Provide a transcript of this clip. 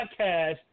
podcast